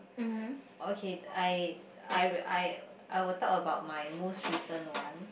okay I I I I will talk about my most recent one